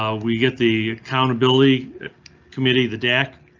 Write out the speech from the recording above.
ah we get the accountability committee, the deck.